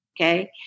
Okay